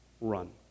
Run